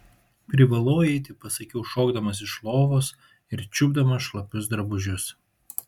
privalau eiti pasakiau šokdamas iš lovos ir čiupdamas šlapius drabužius